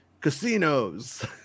casinos